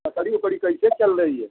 लकड़ी वकड़ी कैसे चल रही है